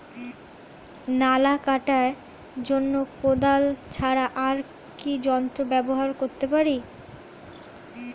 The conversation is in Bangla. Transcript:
নালা কাটার জন্য কোদাল ছাড়া আর কি যন্ত্র ব্যবহার করতে পারি?